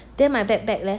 then my bag bag leh